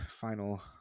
final